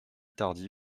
tardy